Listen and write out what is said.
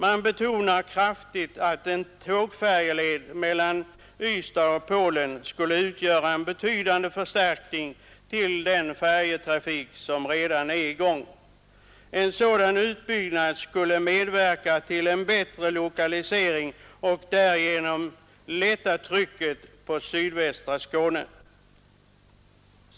Man betonar kraftigt att en tågfärjeled mellan Ystad och Polen skulle utgöra en betydande förstärkning av den färjetrafik som redan är i gång. En sådan utbyggnad skulle medverka till en bättre lokalisering och därigenom lätta trycket på sydvästra Skåne.